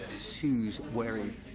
shoes-wearing